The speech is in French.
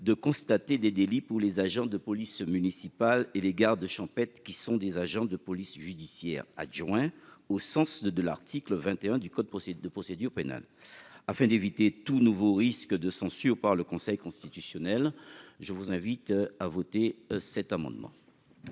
de constater des délits pour les agents de police municipale et les gardes champêtres, qui sont des agents de police judiciaire adjoints au sens de l'article 21 du code de procédure pénale. Afin d'éviter tout nouveau risque de censure par le Conseil constitutionnel, je vous invite, mes chers